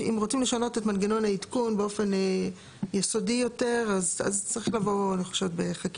אם רוצים לשנות את מנגנון העדכון באופן יסודי יותר אז צריך לבוא בחקיקה.